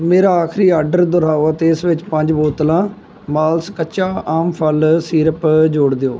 ਮੇਰਾ ਆਖਰੀ ਆਡਰ ਦੁਹਰਾਓ ਅਤੇ ਇਸ ਵਿੱਚ ਪੰਜ ਬੋਤਲਾਂ ਮਾਲਸ ਕੱਚਾ ਆਮ ਫ਼ਲ ਸੀਰਪ ਜੋੜ ਦਿਓ